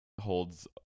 holds